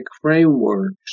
frameworks